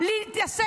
לא צריך להתלהם.